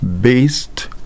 based